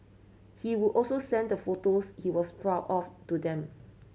he would also send the photos he was proud of to them